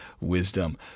wisdom